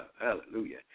hallelujah